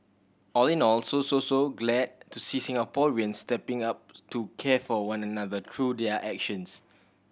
all in all so so so glad to see Singaporeans stepping up to care for one another through their actions